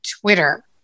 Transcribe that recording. Twitter